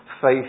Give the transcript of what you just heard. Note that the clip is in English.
faith